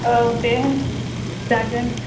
औ दे जागोन